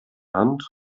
hand